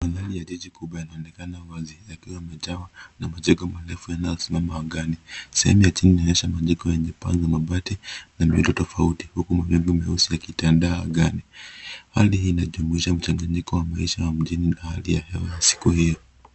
Mandhari ya jiji kubwa yanaonekana wazi yakiwa yamejawa na majengo marefu yanayosimama angani. Sehemu ya chini inaonyesha majengo yenye paa za mabati na miundo tofauti, huku mawingu meusi yakitandaa angani. Hali hii inajumuisha mchanganyiko wa maisha ya mjini na hali ya hewa ya siku hizi.